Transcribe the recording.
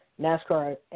NASCAR